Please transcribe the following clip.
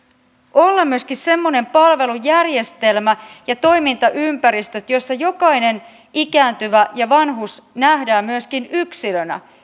olla myöskin semmoinen palvelujärjestelmä ja toimintaympäristö jossa jokainen ikääntyvä ja vanhus nähdään myöskin yksilönä